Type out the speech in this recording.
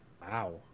Wow